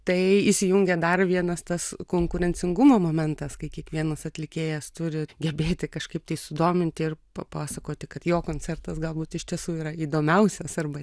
tai įsijungė dar vienas tas konkurencingumo momentas kai kiekvienas atlikėjas turi gebėti kažkaip tai sudominti ir papasakoti kad jo koncertas galbūt iš tiesų yra įdomiausias arba